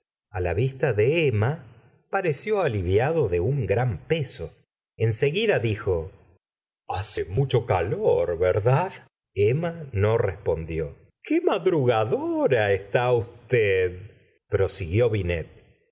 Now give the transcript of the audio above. a la vista de emma pareció aliviado de un gran peso en seguida dijo hace mucho calor verdad emma no respondió qué madrugadora está usted prosiguió binet